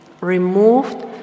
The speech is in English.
removed